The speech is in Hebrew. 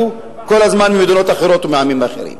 כל הזמן ממדינות אחרות ומעמים אחרים.